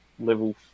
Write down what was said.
level